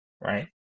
right